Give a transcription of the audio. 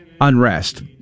unrest